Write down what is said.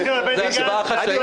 זו הצבעה חשאית?